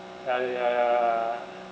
ya ya uh